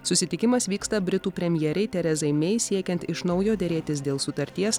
susitikimas vyksta britų premjerei terezai mei siekiant iš naujo derėtis dėl sutarties